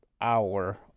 hour